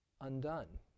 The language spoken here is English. undone